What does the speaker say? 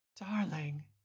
Darling